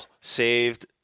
Saved